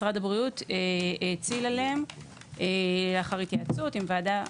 משרד הבריאות האציל עליהם אחרי התייעצות עם ועדה.